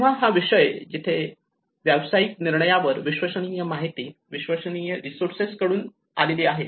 तेव्हा हा विषय जिथे ही व्यावसायिक निर्णयावर विश्वसनीय माहिती विश्वसनीय सोर्सेस कडून आलेली आहे